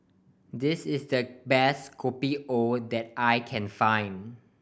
this is the best Kopi O that I can find